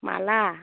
माब्ला